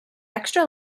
extra